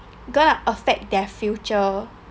going to affect their future